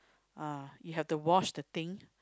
uh you have to wash the things